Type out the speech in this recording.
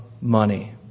money